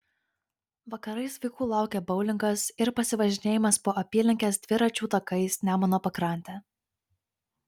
vakarais vaikų laukia boulingas ir pasivažinėjimas po apylinkes dviračių takais nemuno pakrante